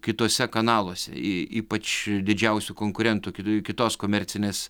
kituose kanaluose ii ypač didžiausių konkurentų kitų kitos komercinės